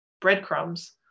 breadcrumbs